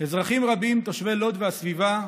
אזרחים רבים תושבי לוד והסביבה,